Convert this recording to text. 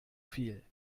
viel